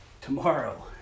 tomorrow